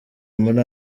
muri